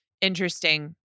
interesting